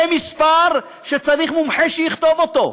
זה מספר שצריך מומחה שיכתוב אותו.